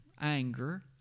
anger